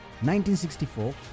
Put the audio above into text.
1964